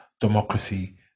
democracy